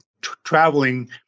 traveling